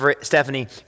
Stephanie